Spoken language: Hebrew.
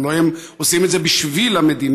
הלוא הם עושים את זה בשביל המדינה,